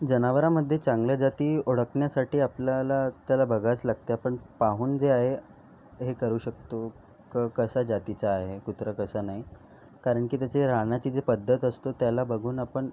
जनावरामध्ये चांगल्या जाती ओळखण्यासाठी आपल्याला त्याला बघावंच लागते आपण पाहून जे आहे हे करू शकतो कसा जातीचा आहे कुत्रं कसं नाही कारण की त्याची राहण्याची जी पद्धत असतो त्याला बघून आपण